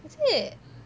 is it